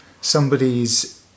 somebody's